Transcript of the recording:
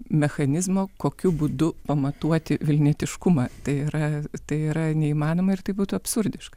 mechanizmo kokiu būdu pamatuoti vilnietiškumą tai yra tai yra neįmanoma ir tai būtų absurdiška